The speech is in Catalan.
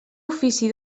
ofici